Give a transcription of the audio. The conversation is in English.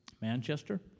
Manchester